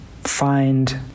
find